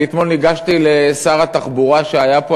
אני ניגשתי אתמול לשר התחבורה שהיה פה,